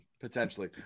Potentially